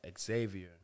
Xavier